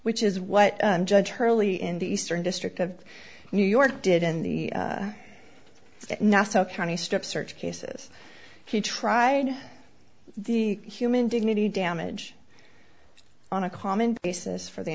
which is what judge hurley in the eastern district of new york did in the nassau county strip search cases he tried the human dignity damage on a common basis for the